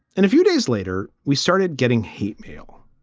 and a few days later, we started getting hate mail.